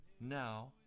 now